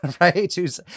right